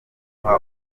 guha